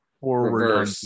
forward